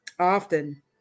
Often